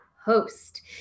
host